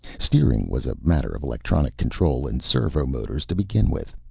steering was a matter of electronic control and servomotors to begin with.